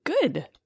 good